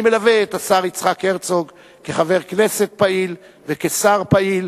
אני מלווה את השר יצחק הרצוג כחבר כנסת פעיל וכשר פעיל,